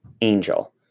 Angel